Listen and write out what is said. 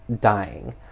dying